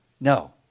No